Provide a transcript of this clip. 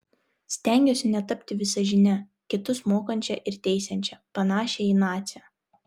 stengiuosi netapti visažine kitus mokančia ir teisiančia panašia į nacę